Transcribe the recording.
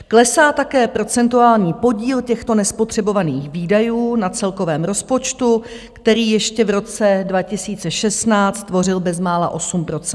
Klesá také procentuální podíl těchto nespotřebovaných výdajů na celkovém rozpočtu, který ještě v roce 2016 tvořil bezmála 8 %.